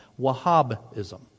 Wahhabism